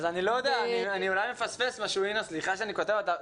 אני אולי מפספס משהו, אינה, סליחה שאני קוטע אותך.